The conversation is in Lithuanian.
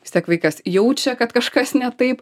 vis tiek vaikas jaučia kad kažkas ne taip